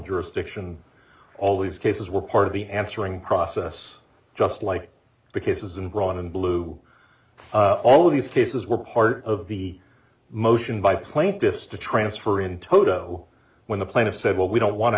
jurisdiction all these cases were part of the answering process just like the cases and brought in blue all of these cases were part of the motion by plaintiffs to transfer in toto when the plaintiff said well we don't want to